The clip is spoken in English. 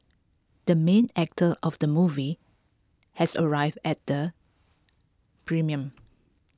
the main actor of the movie has arrived at the premiere